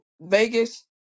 Vegas